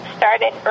started